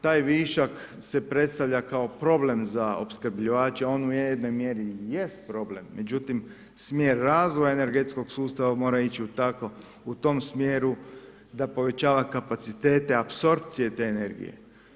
Taj višak se predstavlja kao problem za opskrbljivače, on u jednoj mjeri i jest problem međutim smjer razvoja energetskog sustava mora ići u tom smjeru da povećava kapacitete apsorpcije te energije.